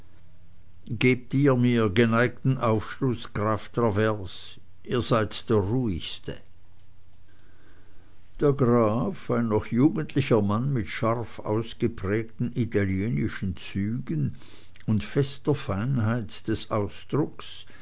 gebt ihr mir geneigten aufschluß graf travers ihr seid der ruhigste der graf ein noch jugendlicher mann mit scharf ausgeprägten italienischen zügen und fester feinheit des ausdrucks